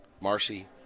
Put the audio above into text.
Marcy